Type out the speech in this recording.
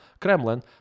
Kremlin